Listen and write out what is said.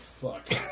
fuck